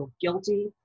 guilty